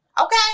Okay